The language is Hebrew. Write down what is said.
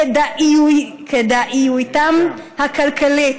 לכדאיותם הכלכלית.